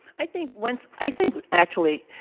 i think once, i think actually,